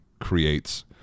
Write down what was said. creates